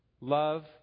love